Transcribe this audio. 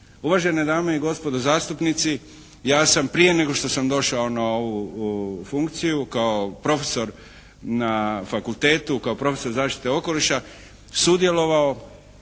Uvažene dame i gospodo zastupnici, ja sam prije nego što sam došao na ovu funkciju kao profesor na fakultetu, kao profesor zaštite okoliša sudjelovao